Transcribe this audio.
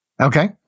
Okay